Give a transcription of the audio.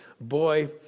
boy